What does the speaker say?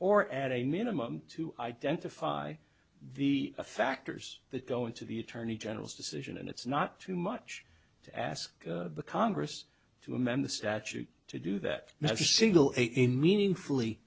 or at a minimum to identify the factors that go into the attorney general's decision and it's not too much to ask the congress to amend the statute to do that measure single in meaningfully